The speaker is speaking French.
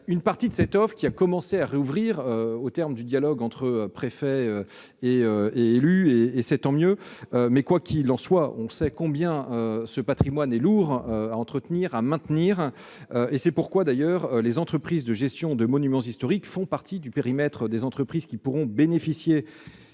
Une partie de l'offre est de nouveau accessible, au terme d'un dialogue entre préfet et élus, et c'est tant mieux. Quoi qu'il en soit, on sait combien ce patrimoine est lourd à entretenir. C'est pourquoi les entreprises de gestion de monuments historiques font partie du périmètre des entreprises qui pourront bénéficier